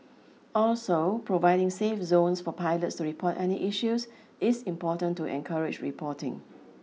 also providing safe zones for pilots to report any issues is important to encourage reporting